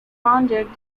founded